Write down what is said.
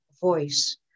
voice